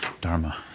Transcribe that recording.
Dharma